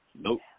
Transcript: Nope